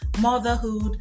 motherhood